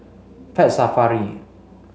Pet Safari